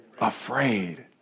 Afraid